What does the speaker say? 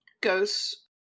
Ghosts